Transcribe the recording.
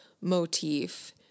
motif